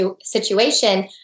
situation